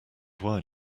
wine